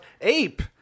ape